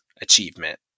achievement